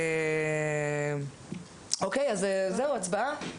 אז הצבעה.